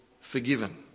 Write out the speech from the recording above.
forgiven